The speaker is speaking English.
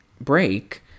break